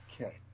okay